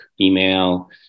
email